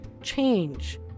Change